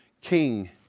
king